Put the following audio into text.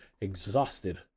exhausted